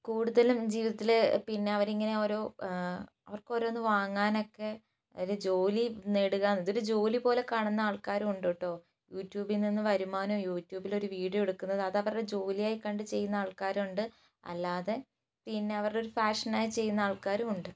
കൂടുതലും ജീവിതത്തിൽ പിന്നെ അവർ ഇങ്ങനെ ഓരോ അവർക്ക് ഓരോന്ന് വാങ്ങാനൊക്കെ ഒരു ജോലി നേടുക ഇതൊരു ജോലി പോലെ കാണുന്ന ആൾക്കാരുമുണ്ട് കേട്ടോ യൂട്യൂബിൽ നിന്ന് വരുമാനം യൂട്യൂബിൽ ഒരു വീഡിയോ എടുക്കുന്നത് അത് അവരുടെ ജോലി ആയി കണ്ട് ചെയ്യുന്ന ആൾക്കാരുണ്ട് അല്ലാതെ പിന്നെ അവരുടെ ഒരു ഫാഷൻ ആയി ചെയ്യുന്ന ആൾക്കാരും ഉണ്ട്